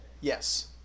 Yes